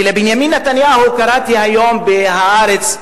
ולבנימין נתניהו, קראתי היום ב"הארץ"